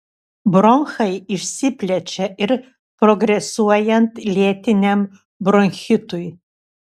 bronchai išsiplečia ir progresuojant lėtiniam bronchitui